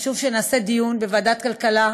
חשוב שנעשה דיון בוועדת הכלכלה,